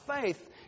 faith